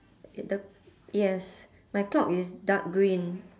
the yes my clock is dark green